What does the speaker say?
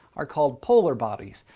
are called polar bodies,